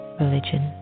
religion